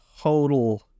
total